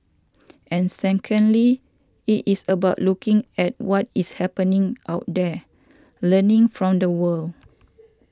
and secondly it is about looking at what is happening out there learning from the world